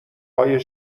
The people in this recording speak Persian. های